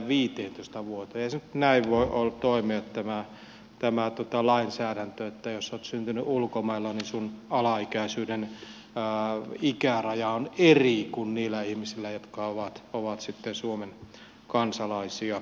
eihän se nyt näin voi toimia tämä lainsäädäntö että jos olet syntynyt ulkomailla niin sinun alaikäisyytesi ikäraja on eri kuin niillä ihmisillä jotka ovat sitten suomen kansalaisia